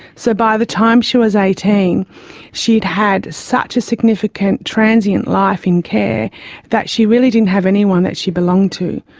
so by the time she was eighteen she had had such a significant, transient life in care that she really didn't have anyone that she belonged to.